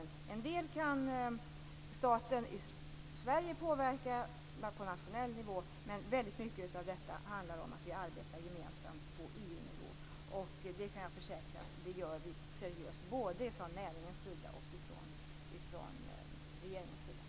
I en del frågor kan Sverige påverka på nationell nivå, men det handlar väldigt mycket om att vi arbetar gemensamt på EU nivå. Det kan jag försäkra att vi gör seriöst, både från näringens sida och från regeringens sida.